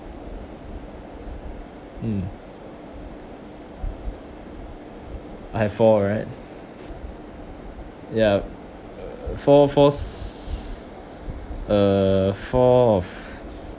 mm I have four right ya uh four four uh four of